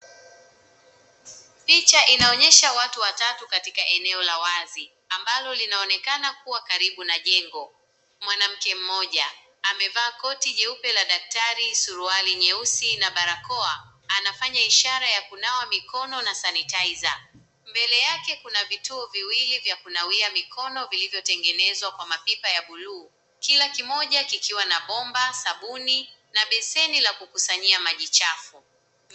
Picha inaonyesha watu watatu katika eneo la wazi, ambalo linaonekana kuwa karibu na jengo, mwanamke mmoja, amevaa koti jeupe la daktari suruari nyeusi na barakoa, anafanya ishara ya kunawa mikono na (cs)sanitizer (cs), mbele yake kuna vituo viwili vya kunawia mikono vilivyo tengenezwa kawa mapipa ya buluu, kila kimoja kikiwa na bomba, sabuni, na beseni la kukusanyia maji chafu.